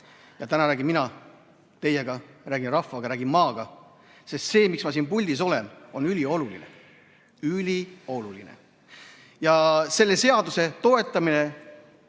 Täna räägin mina teiega, räägin rahvaga, räägin maaga, sest see, miks ma siin puldis olen, on ülioluline. Ülioluline! Selle seaduse toetamine